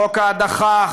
חוק ההדחה,